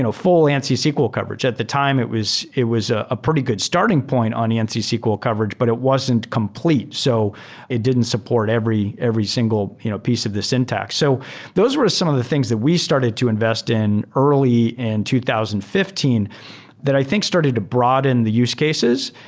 ah full ansi sql coverage. at the time, it was it was a ah pretty good starting point on ansi sql coverage, but it wasn't complete. so it didn't support every every single you know piece of the syntax. so those were some of the things that we started to invest in early and two thousand and fifteen that i think started to broaden the use cases.